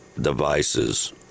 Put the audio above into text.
devices